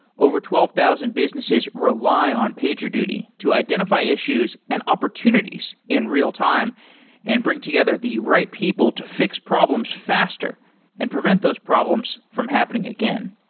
over twelve thousand businesses rely on pagerduty to identify issues and opportunities in real time and bring together the right people to fix problems faster and prevent those problems from happening again.